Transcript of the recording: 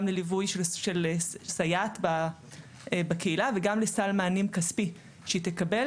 גם לליווי של סייעת בקהילה וגם לסל מענים כספי שהיא תקבל.